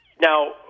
Now